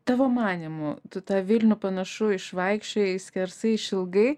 tavo manymu tu tą vilnių panašu išvaikščiojai skersai išilgai